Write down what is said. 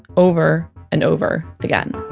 over and over again